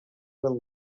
will